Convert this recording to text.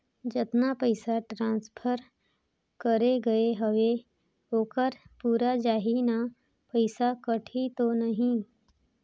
जतना पइसा ट्रांसफर करे गये हवे ओकर पूरा जाही न पइसा कटही तो नहीं?